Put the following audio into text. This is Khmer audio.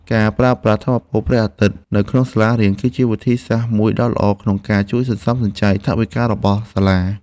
ការប្រើប្រាស់ថាមពលព្រះអាទិត្យនៅក្នុងសាលារៀន គឺជាវិធីសាស្ត្រមួយដ៏ល្អក្នុងការជួយសន្សំសំចៃថវិការបស់សាលា។